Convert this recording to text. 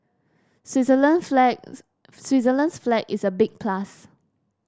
Switzerland's flag Switzerland's flag is a big plus